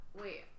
wait